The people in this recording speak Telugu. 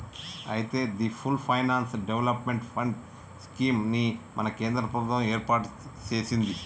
అయితే the full finance development fund scheme ని మన కేంద్ర ప్రభుత్వం ఏర్పాటు సెసింది